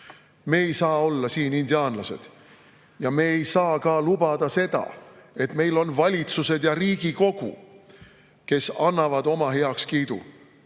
Me ei saa olla siin indiaanlased ja me ei saa lubada ka seda, et meil on valitsused ja Riigikogu, kes annavad oma heakskiidu